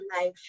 life